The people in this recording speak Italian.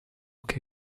che